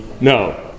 no